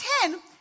ten